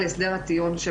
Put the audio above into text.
טיעון: